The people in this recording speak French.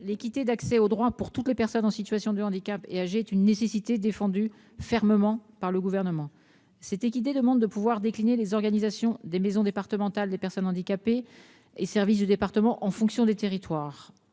l'équité dans l'accès aux droits pour toutes les personnes âgées et en situation de handicap est une nécessité défendue fermement par le Gouvernement. Cette équité demande de pouvoir décliner les organisations des maisons départementales des personnes handicapées et les services du département en fonction du territoire.